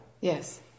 Yes